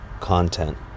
content